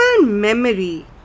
memory